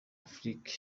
afrique